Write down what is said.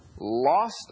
lost